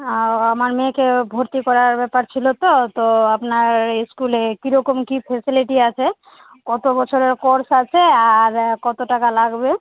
ও আমার মেয়েকে ভর্তি করার ব্যাপার ছিলো তো তো আপনার স্কুলে কীরকম কী ফেসালিটি আছে কত বছরের কোর্স আছে আর কত টাকা লাগবে